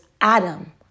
Adam